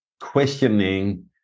questioning